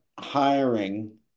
hiring